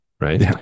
Right